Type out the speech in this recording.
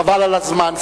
חבל על הזמן,